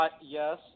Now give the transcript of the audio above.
yes